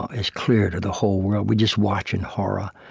ah it's clear to the whole world. we just watch in horror.